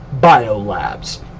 biolabs